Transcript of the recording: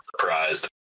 surprised